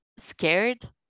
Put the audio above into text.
scared